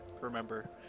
Remember